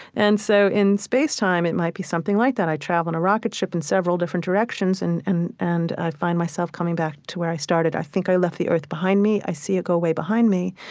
and so in spacetime, it might be something like that. i travel in a rocket ship in several different directions and and and i find myself coming back to where i started. i think i left the earth behind me, i see it go away behind me.